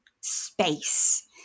space